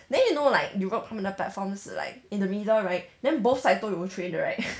then you know like europe 他们的 platform 是 like in the middle right then both side 都有 train 的 right